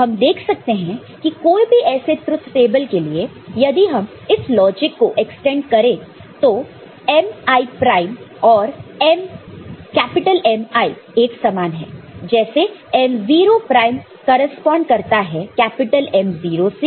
तो हम देख सकते हैं कि कोई भी ऐसे ट्रुथ टेबल के लिए यदि हम इस लॉजिक को एक्सटेंड करें तो mi प्राइम और Mi एक समान है जैसे M0 प्राइम करेस्पॉन्ड करता है M0 से